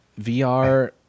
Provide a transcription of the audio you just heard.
VR